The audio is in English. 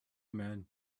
men